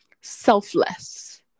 selfless